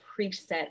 preset